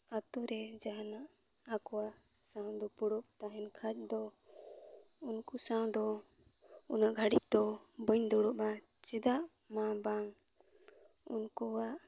ᱟᱛᱩᱨᱮ ᱡᱟᱦᱟᱱᱟᱜ ᱟᱠᱚᱣᱟᱜ ᱥᱟᱶ ᱫᱩᱯᱩᱲᱩᱵ ᱛᱟᱦᱮᱱ ᱠᱷᱟᱡ ᱫᱚ ᱩᱱᱠᱩ ᱥᱟᱶ ᱫᱚ ᱩᱱᱟᱹᱜ ᱜᱷᱟᱲᱤᱡ ᱫᱚ ᱵᱟᱹᱧ ᱫᱩᱲᱩᱵ ᱟ ᱪᱮᱫᱟᱜ ᱢᱟ ᱵᱟᱝ ᱩᱱᱠᱩᱣᱟᱜ